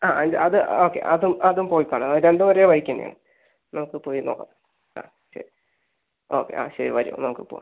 ആ അതിന്റെ അത് ഓക്കെ അതും അതും പോയി കാണാം ആ രണ്ടും ഒരേ വഴിക്കു തന്നെയാണ് നമുക്ക് പോയി നോക്കാം ആ ശരി ഓക്കെ ആ ശരി വരൂ നമുക്ക് പോവാം